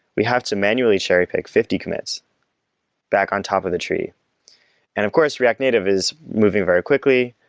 we have to manually cherry-pick fifty commits back on top of the tree and of course, react native is moving very quickly,